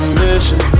mission